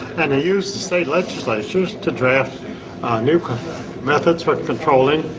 and they used the state legislatures to draft new methods for controlling